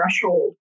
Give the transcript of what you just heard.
threshold